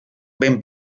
ben